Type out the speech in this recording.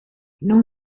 non